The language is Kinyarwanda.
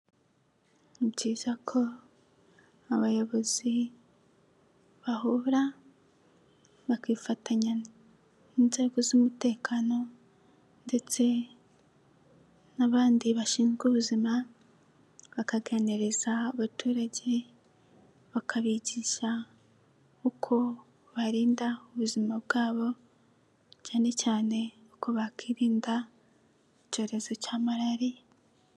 Ni byiza ko abayobozi bahura bakifatanya n'inzego z'umutekano ndetse n'abandi bashinzwe ubuzima bakaganiriza abaturage bakabigisha uko barinda ubuzima bwabo cyane cyane uko bakirinda icyorezo cya malariya.